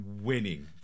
winning